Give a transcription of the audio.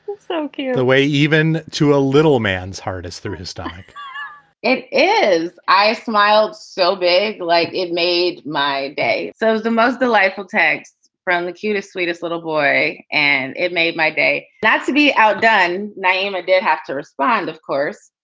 so um yeah the way even to a little man's heart is through his stomach it is. i smile so big like it made my day. so it is the most delightful tags from the cutest, sweetest little boy. and it made my day. that's to be outdone name. i did have to respond, of course.